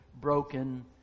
broken